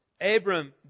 Abram